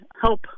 help